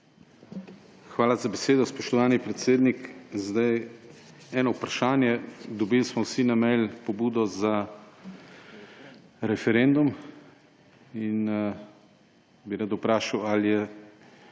Hvala za besedo, spoštovani predsednik. Eno vprašanje: dobili smo vsi na mail pobudo za referendum in bi rad vprašal, ali je